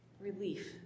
relief